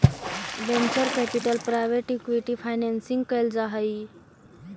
venture capital private equity financing कैल जा हई